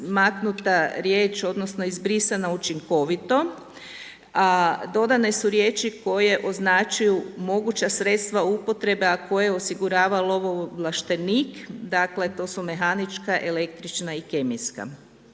maknuta riječ odnosno izbrisana učinkovito a dodane su riječi koje označuju moguća sredstva upotrebe a koje je osiguravao lovoovlaštenik, dakle to su mehanička, električna i kemijska.